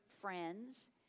friends